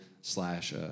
slash